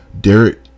Derek